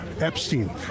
Epstein